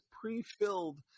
pre-filled